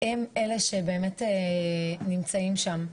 הם אלה שבאמת נמצאים שם,